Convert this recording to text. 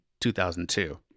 2002